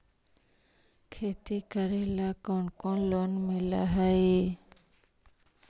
खेती करेला कौन कौन लोन मिल हइ?